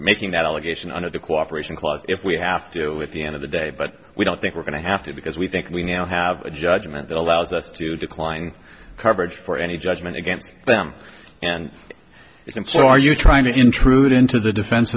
making that allegation under the cooperation clause if we have to do with the end of the day but we don't think we're going to have to because we think we now have a judgment that allows us to decline coverage for any judgment against them and it's and so are you trying to intrude into the defense